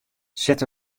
set